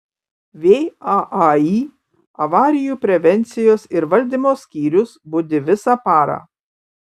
vaai avarijų prevencijos ir valdymo skyrius budi visą parą